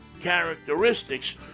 characteristics